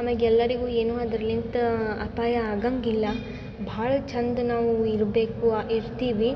ಆಮೇಗೆ ಎಲ್ಲರಿಗು ಏನು ಅದ್ರಲಿಂತ ಅಪಾಯ ಆಗೊಂಗಿಲ್ಲ ಭಾಳ ಚಂದ ನಾವು ಇರಬೇಕು ಇರ್ತೀವಿ